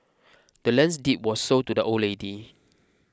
the land's deed was sold to the old lady